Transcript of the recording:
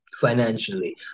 financially